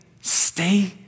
stay